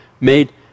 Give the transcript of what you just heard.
made